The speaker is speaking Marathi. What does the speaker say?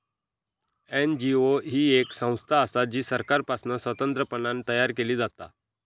एन.जी.ओ ही येक संस्था असा जी सरकारपासना स्वतंत्रपणान तयार केली जाता